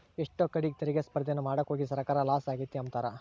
ಎಷ್ಟೋ ಕಡೀಗ್ ತೆರಿಗೆ ಸ್ಪರ್ದೇನ ಮಾಡಾಕೋಗಿ ಸರ್ಕಾರ ಲಾಸ ಆಗೆತೆ ಅಂಬ್ತಾರ